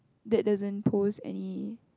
that doesn't pose any